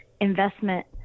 investment